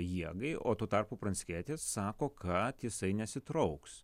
jiegai o tuo tarpu pranckietis sako kad jisai nesitrauks